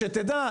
שתדע,